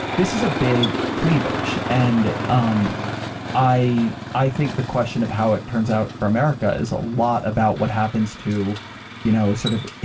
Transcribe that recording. this is a big cleavage, and um i i think the question of how it turns out for america is a lot about what happens to you know sort of